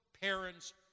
parents